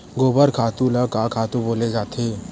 गोबर खातु ल का खातु बोले जाथे?